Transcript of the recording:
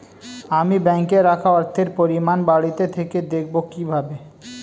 আমি ব্যাঙ্কে রাখা অর্থের পরিমাণ বাড়িতে থেকে দেখব কীভাবে?